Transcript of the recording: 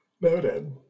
Noted